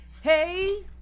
hey